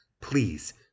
Please